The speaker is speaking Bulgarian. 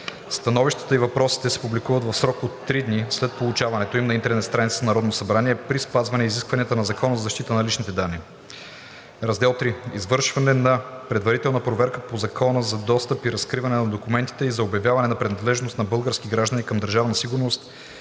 Становищата и въпросите се публикуват в срок до три дни след получаването им на интернет страницата на Народното събрание при спазване изискванията на Закона за защита на личните данни. III. Извършване на предварителна проверка по Закона за достъп и разкриване на документите и за обявяване на принадлежност на български граждани към